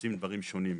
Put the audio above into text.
עושים דברים שונים.